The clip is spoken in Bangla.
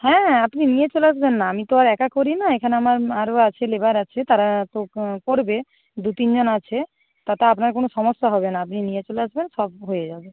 হ্যাঁ আপনি নিয়ে চলে আসবেন না আমি তো আর একা করি না এখানে আমার আরও আছে লেবার আছে তারা তো করবে দু তিনজন আছে তাতে আপনার কোনো সমস্যা হবে না আপনি নিয়ে চলে আসবেন সব হয়ে যাবে